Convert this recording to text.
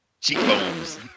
cheekbones